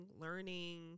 learning